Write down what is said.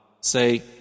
Say